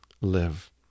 live